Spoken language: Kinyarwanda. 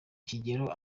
kigero